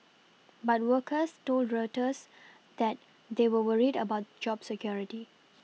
but workers told Reuters that they were worried about job security